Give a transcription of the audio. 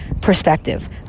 perspective